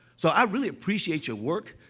so, i really appreciate your work,